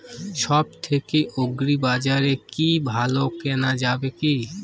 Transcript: সব থেকে আগ্রিবাজারে কি ভালো কেনা যাবে কি?